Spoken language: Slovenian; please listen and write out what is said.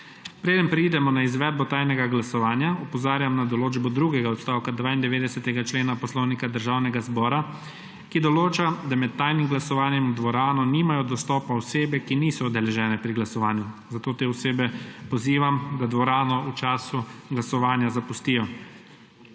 Preden preidemo na izvedbo tajnega glasovanja, opozarjam na določbo drugega odstavka 92. člena Poslovnika Državnega zbora, ki določa, da med tajnim glasovanjem v dvorano nimajo dostopa osebe, ki niso udeležene pri glasovanju. Zato te osebe pozivam, da dvorano v času glasovanja zapustijo.